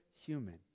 human